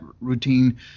routine